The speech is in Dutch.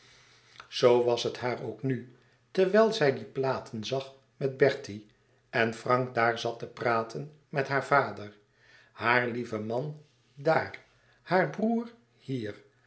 zoo was het haar ook nu terwijl zij die platen zag met bertie en frank daar zat te praten met haar vader haar lieve man daar haar broêr hier